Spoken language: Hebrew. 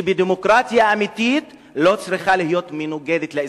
שבדמוקרטיה אמיתית לא צריכה להיות מנוגדת לאזרחות.